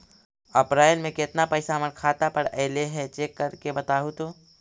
अप्रैल में केतना पैसा हमर खाता पर अएलो है चेक कर के बताहू तो?